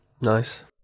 Nice